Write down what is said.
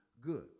good